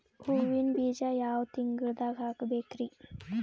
ಹೂವಿನ ಬೀಜ ಯಾವ ತಿಂಗಳ್ದಾಗ್ ಹಾಕ್ಬೇಕರಿ?